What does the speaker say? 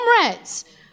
comrades